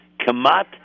Kamat